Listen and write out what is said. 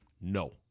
no